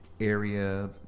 area